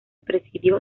presidió